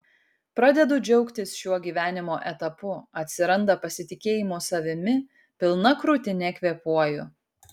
pradedu džiaugtis šiuo gyvenimo etapu atsiranda pasitikėjimo savimi pilna krūtine kvėpuoju